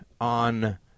on